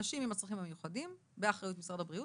האנשים עם הצרכים המיוחדים באחריות משרד הבריאות